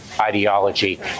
Ideology